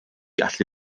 allu